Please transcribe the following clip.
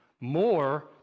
more